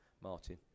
Martin